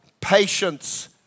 patience